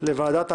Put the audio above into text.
לוועדת העבודה,